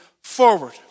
forward